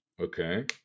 Okay